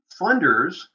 funders